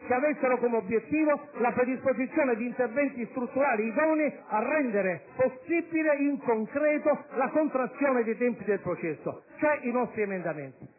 che avessero come obbiettivo la predisposizione di interventi strutturali idonei a rendere possibile in concreto la contrazione dei tempi del processo (cioè quanto